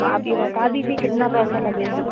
आप ये बता दीजिए कितना पैसा लगेगा